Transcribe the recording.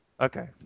Okay